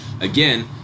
again